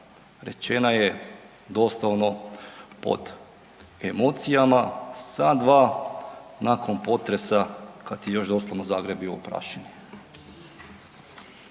rečena je doslovno pod emocijama sat-dva nakon potresa kad je još doslovno Zagreb bio u prašini.